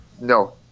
No